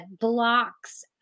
blocks